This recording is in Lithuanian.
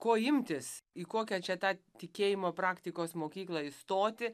ko imtis į kokią čia tą tikėjimo praktikos mokyklą įstoti